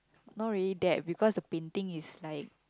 not really that because the painting is like